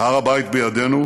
"הר הבית בידינו.